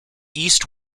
east